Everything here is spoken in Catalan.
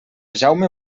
jaume